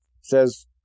says